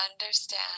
understand